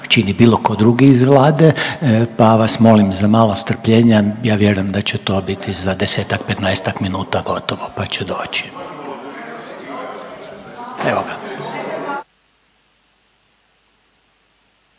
čini bilo tko drugi iz Vlade, pa vas molim za malo strpljenja ja vjerujem da će to biti za desetak, petnaestak minuta gotovo pa će doći. Evo ga.